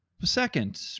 Second